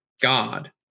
God